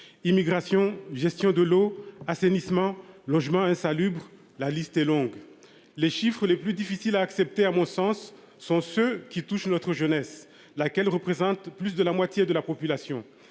immigration, gestion de l'eau, assainissement, logements insalubres, la liste est longue. Les chiffres les plus difficiles à accepter. À mon sens sont ceux qui touchent notre jeunesse. Laquelle représente plus de la moitié de la population.